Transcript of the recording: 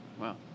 Wow